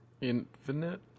Infinite